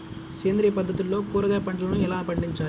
సేంద్రియ పద్ధతుల్లో కూరగాయ పంటలను ఎలా పండించాలి?